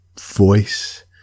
voice